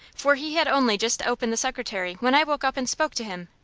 for he had only just opened the secretary when i woke up and spoke to him.